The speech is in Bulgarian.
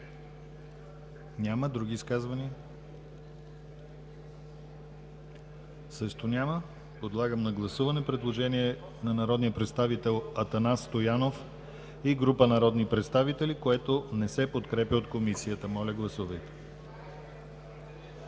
Няма изказвания. Подлагам на гласуване предложението на народния представител Атанас Стоянов и група народни представители, което не се подкрепя от Комисията. Гласували